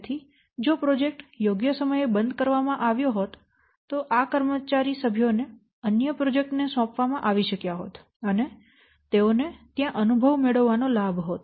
તેથી જો પ્રોજેક્ટ યોગ્ય સમયે બંધ કરવામાં આવ્યો હોત તો આ કર્મચારી સભ્યો ને અન્ય પ્રોજેક્ટ્સ ને સોંપવામાં આવી શક્યા હોત અને તેઓને ત્યાં અનુભવ મેળવવાનો લાભ હોત